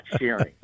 sharing